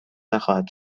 نخواهد